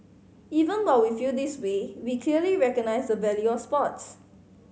even we feel this way we clearly recognise the value of sports